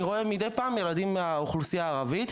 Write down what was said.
מדי פעם אני רואה ילדים מהאוכלוסייה הערבית,